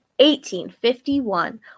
1851